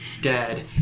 dead